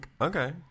Okay